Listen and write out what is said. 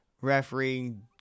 refereeing